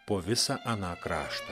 po visą aną kraštą